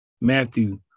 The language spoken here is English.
Matthew